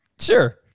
Sure